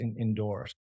indoors